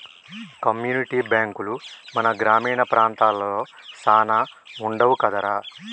community బాంకులు మన గ్రామీణ ప్రాంతాలలో సాన వుండవు కదరా